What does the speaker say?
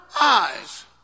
eyes